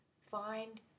Find